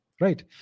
right